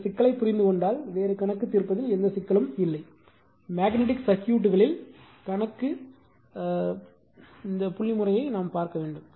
இந்த சிக்கலைப் புரிந்து கொண்டால் வேறு கணக்கு தீர்ப்பதில் எந்த சிக்கலும் இல்லை மேக்னெட்டிக் சர்க்யூட்களில் கணக்கு முறை பார்க்க வேண்டும்